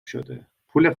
شده، پول